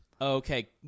Okay